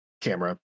camera